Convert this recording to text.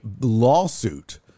lawsuit